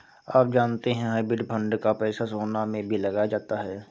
आप जानते है हाइब्रिड फंड का पैसा सोना में भी लगाया जाता है?